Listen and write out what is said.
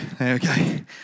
okay